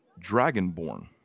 dragonborn